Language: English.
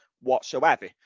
whatsoever